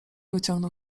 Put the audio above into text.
wyciągnął